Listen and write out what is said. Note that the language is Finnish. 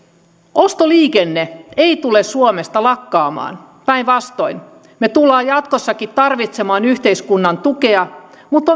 ostoliikenne ei tule suomesta lakkaamaan päinvastoin me tulemme jatkossakin tarvitsemaan yhteiskunnan tukea mutta